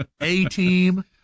A-Team